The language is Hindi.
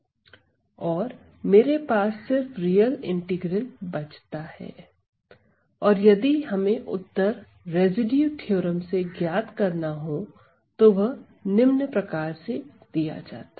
और मेरे पास सिर्फ रियल इंटीग्रल बचता है और यदि हमें उत्तर रेसिड्यू थ्योरम से ज्ञात करना हो तो वह निम्न प्रकार से दिया जाता है